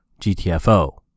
GTFO